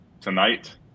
tonight